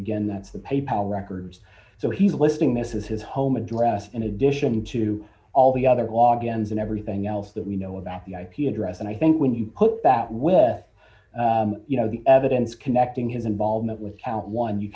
again that's the pay pal records so he's listing this is his home address in addition to all the other walk ins and everything else that we know about the ip address and i think when you put that will you know the evidence connecting his involvement with count one you